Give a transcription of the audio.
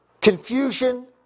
confusion